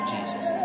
Jesus